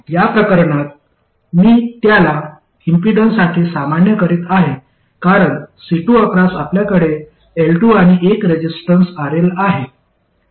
या प्रकरणात मी त्याला इम्पीडन्ससाठी सामान्य करीत आहे कारण C2 अक्रॉस आपल्याकडे L2 आणि एक रेसिस्टन्स RL आहे